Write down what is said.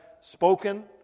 spoken